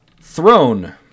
throne